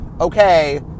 Okay